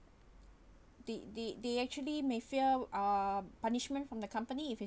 the the they actually may fear uh punishment from the company if it